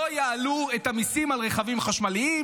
לא יעלו את המיסים על רכבים חשמליים,